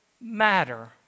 matter